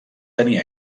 tenir